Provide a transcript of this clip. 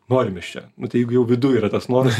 norim mes čia nu tai jeigu jau viduj yra tas nora